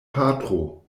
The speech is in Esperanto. patro